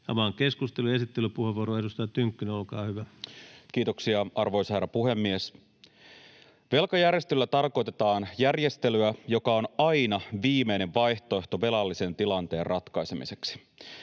annetun lain 9 a §:n muuttamisesta Time: 19:14 Content: Kiitoksia, arvoisa herra puhemies! Velkajärjestelyllä tarkoitetaan järjestelyä, joka on aina viimeinen vaihtoehto velallisen tilanteen ratkaisemiseksi.